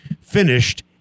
finished